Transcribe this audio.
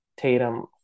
Tatum